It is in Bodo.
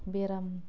बेराम